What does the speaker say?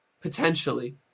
potentially